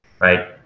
right